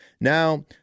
Now